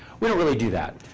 we don't really do that.